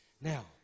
Now